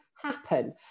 happen